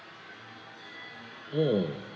mm